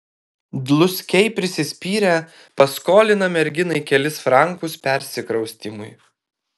dluskiai prisispyrę paskolina merginai kelis frankus persikraustymui